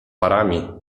parami